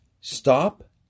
stop